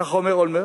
כך אומר אולמרט,